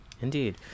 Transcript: Indeed